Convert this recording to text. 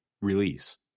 release